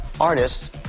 artists